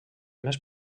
més